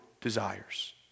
desires